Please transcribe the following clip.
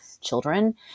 children